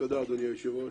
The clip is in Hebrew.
תודה אדוני היושב ראש.